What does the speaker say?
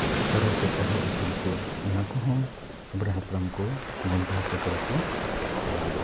ᱦᱚᱨᱚ ᱥᱮ ᱛᱚᱨᱦᱚᱫ ᱤᱛᱤᱞ ᱠᱚ ᱚᱱᱟ ᱠᱚᱦᱚᱸ ᱢᱟᱨᱮ ᱦᱟᱯᱲᱟᱢ ᱠᱚ ᱜᱚᱱᱴᱷᱮ ᱦᱟᱹᱥᱩ ᱠᱚᱨᱮ ᱠᱚ